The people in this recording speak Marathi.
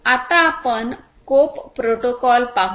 आता आपण कोप प्रोटोकॉल पाहू